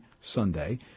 Sunday